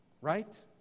right